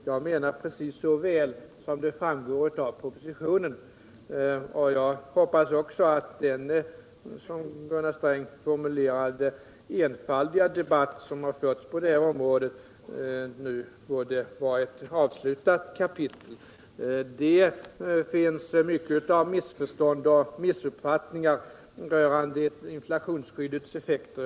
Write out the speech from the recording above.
Jag menar precis så väl som framgår av propositionen, och jag hoppas också att den, som Gunnar Sträng formulerade det, enfaldiga debatt som förts på det här området nu är ett avslutat kapitel. Det finns mycket av missförstånd och missuppfattningar rörande inflationsskyddets effekter.